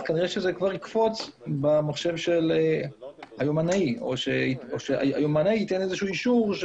כנראה שזה יקפוץ במחשב של היומנאי או שהיומנאי ייתן איזשהו אישור.